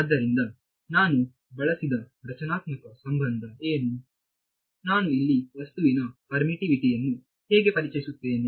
ಆದ್ದರಿಂದ ನಾನು ಬಳಸಿದ ರಚನಾತ್ಮಕ ಸಂಬಂಧ ಏನು ನಾನು ಇಲ್ಲಿ ವಸ್ತುವಿನ ಪರ್ಮಿತ್ತಿವಿಟಿ ಯನ್ನು ಹೇಗೆ ಪರಿಚಯಿಸುತ್ತೇನೆ